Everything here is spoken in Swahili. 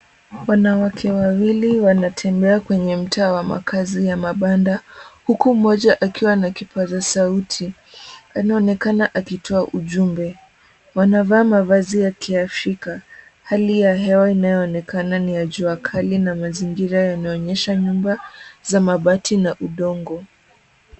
Wanawake wawili wanatembea kwenye mtaa wa makazi ya mabanda, huku mmoja akiwa na kipaza sauti. Anaaonekana akitoa ujumbe. Wanavaa mavazi ya kiafrika. Hali ya hewa inayoonekana ni ya jua kali na mazingira yanaonyesha nyumba za mabati na udongo.